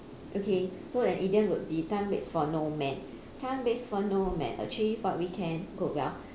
okay so an idiom would be time waits for no man time waits for no man achieve what we can good well